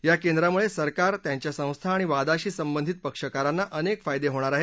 या केंद्रामुळे सरकार त्यांच्या संस्था आणि वादाशी संबंधित पक्षकारांना अनेक फायदे होणार आहेत